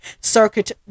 Circuit